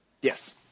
Yes